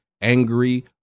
angry